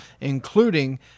including